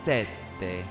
Sette